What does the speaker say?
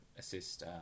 Assist